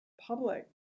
public